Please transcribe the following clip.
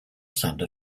santa